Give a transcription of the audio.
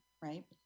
right